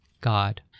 God